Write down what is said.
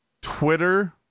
Twitter